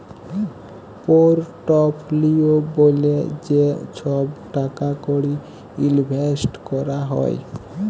portfolio ব্যলে যে ছহব টাকা কড়ি ইলভেসট ক্যরা হ্যয়